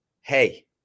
Hey